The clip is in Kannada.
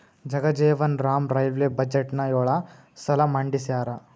ಜಗಜೇವನ್ ರಾಮ್ ರೈಲ್ವೇ ಬಜೆಟ್ನ ಯೊಳ ಸಲ ಮಂಡಿಸ್ಯಾರ